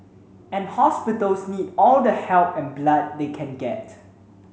and hospitals need all the help and blood they can get